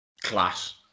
class